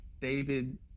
David